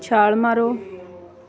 ਛਾਲ ਮਾਰੋ